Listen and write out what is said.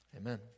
amen